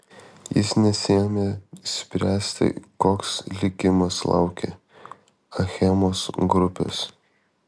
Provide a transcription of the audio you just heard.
jis nesiėmė spręsti koks likimas laukia achemos grupės